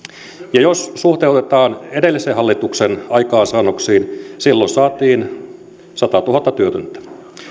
ja jos suhteutetaan edellisen hallituksen aikaansaannoksiin silloin saatiin satatuhatta työtöntä